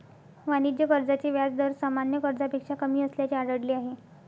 वाणिज्य कर्जाचे व्याज दर सामान्य कर्जापेक्षा कमी असल्याचे आढळले आहे